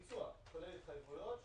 הביצוע כולל התחייבויות,